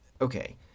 okay